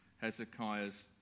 Hezekiah's